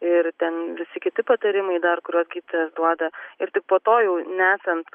ir ten visi kiti patarimai dar kurios gydytojas duoda ir tik po to jau nesant